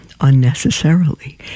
unnecessarily